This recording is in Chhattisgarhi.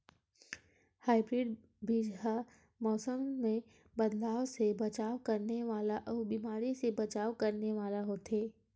हाइब्रिड बीज हा मौसम मे बदलाव से बचाव करने वाला अउ बीमारी से बचाव करने वाला होथे